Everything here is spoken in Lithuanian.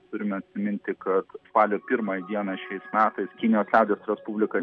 turime atsiminti kad spalio pirmąją dieną šiais metais kinijos liaudies respublika